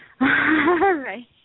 right